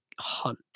Hunt